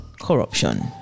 corruption